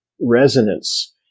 resonance